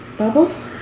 bubbles,